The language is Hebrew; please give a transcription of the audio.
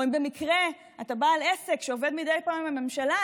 ואם במקרה אתה בעל עסק שעובד מדי פעם עם הממשלה,